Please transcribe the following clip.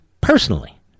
personally